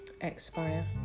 expire